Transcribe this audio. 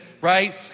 right